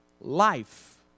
life